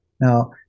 Now